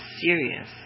serious